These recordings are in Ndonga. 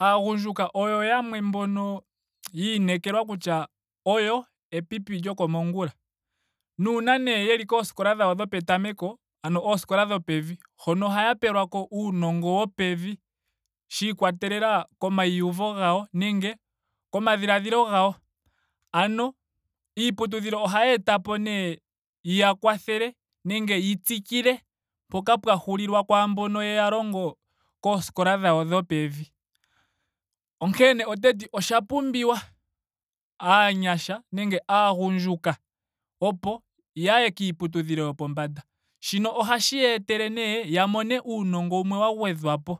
Aagundjuka oyo yamwe mboka yiinekelwa kutya oyo epipi lyokomongula. Nuuna nee yeli kooskola dhawo dhopetameko ano ooskola dhopevi hono ohaya pelwako uunongo wopevi shiikwatelela komaivu gawo nenge komadhiladhilo gawo. Ano iiputudhilo ohayi etapo nee yiya kwathele nenge yi tsikile mpoka pwa hulilwa kwaamboka yeya longo kooskola dhawo dhopevi. Onkene oteti osha pumbiwa aanyasha nenge aagundjuka opo yaye kiiputudhilo yopombanda. Shino ohashi ya etele nee ya mone uunongo wumwe wa gwedhwa po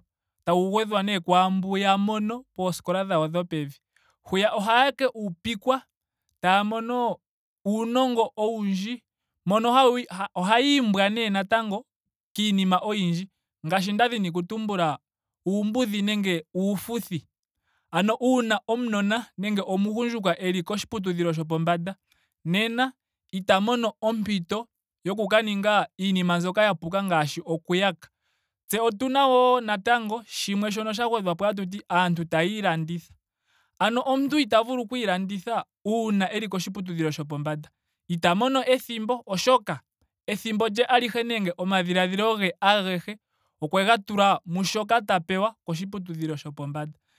tawu gwedhwa nee kwaambu ya mono pooskola dhawo dhopevi. Hwiya ohaya ka upikwa. taya mono uunongo owundji mono hawu ohaa imbwa nee natango kiinima oyindji ngaashi nda dhini oku tumbula uumbudhi nenge uufuthi. Ano uuna omunona nenge omugundjuka eli koshiputudhilo shopombanda nena ita mono ompito yoku ka ninga iinima mbyoka ya puka ngaashi oku yaka. Tse otuna wo natango shimwe shoka sha gwedhwa po tatuti aantu taya ilanditha. Ano omuntu ita vulu oku ilanditha uuna eli koshiputudhilo shopombanda. Ita mono ethimbo ethimbo lye alihe nenge omadhiladhilo ge ahege okwega tula mushoka ta pewa koshiputudhilo shopombanda.